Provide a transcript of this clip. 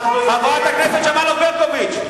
חברת הכנסת שמאלוב-ברקוביץ.